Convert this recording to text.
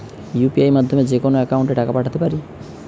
UPI মাধ্যমে যেকোনো একাউন্টে টাকা পাঠাতে পারি?